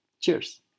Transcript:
Cheers